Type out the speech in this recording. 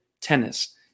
tennis